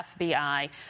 FBI